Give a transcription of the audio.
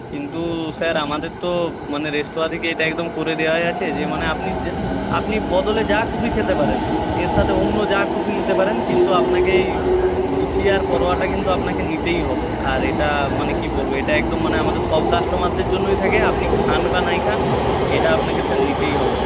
কিন্তু স্যার আমাদের তো মানে রেস্তোরাঁ থেকে এটা একদম করে দেওয়াই আছে যে মানে আপনি আপনি বদলে যা খুশি খেতে পারেন এর সাথে অন্য যা খুশি নিতে পারেন কিন্তু আপনাকে এই লুচি আর পরোটাটা কিন্তু আপনাকে নিতেই হবে আর এটা মানে কী বলবো এটা একদম মানে আমাদের সব কাস্টমারদের জন্যই থাকে আপনি খান বা নাই খান এটা আপনাকে স্যার নিতেই হবে